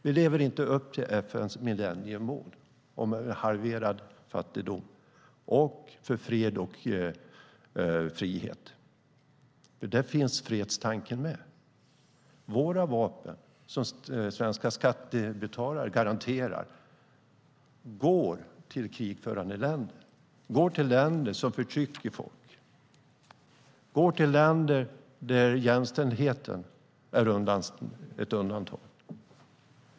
Vi lever inte upp till FN:s millenniemål om halverad fattigdom och när det gäller fred och frihet. Där finns fredstanken med. Våra vapen, som svenska skattebetalare garanterar, går till krigförande länder. De går till länder som förtrycker folk. De går till länder där jämställdheten är satt på undantag.